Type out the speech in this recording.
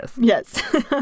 yes